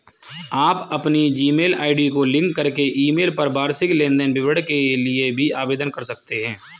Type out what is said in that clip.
आप अपनी Gmail ID को लिंक करके ईमेल पर वार्षिक लेन देन विवरण के लिए भी आवेदन कर सकते हैं